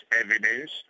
evidence